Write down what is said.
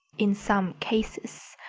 in some cases.